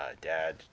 dad